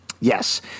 Yes